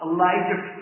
Elijah